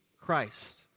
Christ